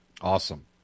Awesome